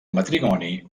matrimoni